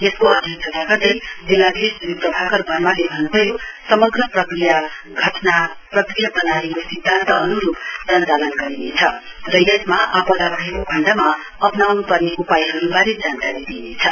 यसको अध्यक्षता गर्दै जिल्लाधीश श्री प्रभारक वर्माले भन्न्भयो समग्र प्रक्रिया घटना प्रतिक्रिया प्रणालीको सिद्धान्त अन्रूप सञ्चालन गरिनेछ र यसमा आपदा भएको खण्डमा अप्नाउन् पर्ने उपायहरूबारे जानकारी दिइनेछ